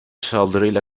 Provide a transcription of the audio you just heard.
saldırıyla